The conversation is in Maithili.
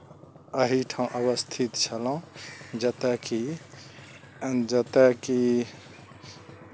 एहीठाँ अवस्थित छलहुँ जतय कि जतय कि